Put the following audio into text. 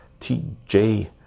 tj